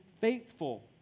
faithful